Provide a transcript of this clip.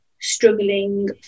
struggling